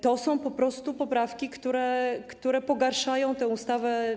To są po prostu poprawki, które pogarszają tę ustawę.